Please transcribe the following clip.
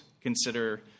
consider